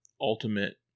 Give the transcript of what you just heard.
ultimate